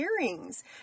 earrings